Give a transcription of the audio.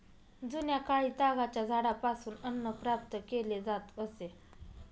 जुन्याकाळी तागाच्या झाडापासून अन्न प्राप्त केले जात असे